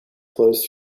flows